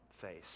face